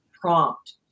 prompt